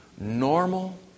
normal